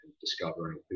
discovering